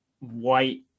white